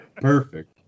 Perfect